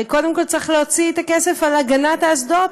הרי קודם כול צריך להוציא את הכסף על הגנת האסדות.